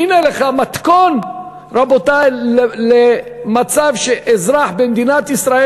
והנה לך מתכון למצב שאזרח במדינת ישראל